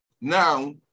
now